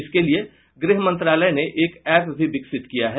इसके लिए गृह मंत्रालय ने एक एप्प भी विकसित किया है